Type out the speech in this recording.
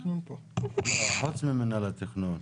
חוץ ממינהל התכנון.